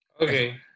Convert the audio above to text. okay